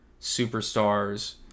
superstars